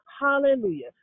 Hallelujah